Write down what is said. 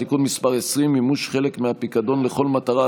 תיקון מס' 20) (מימוש חלק מהפיקדון לכל מטרה),